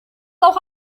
auch